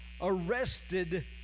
arrested